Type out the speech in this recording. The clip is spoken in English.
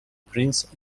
prince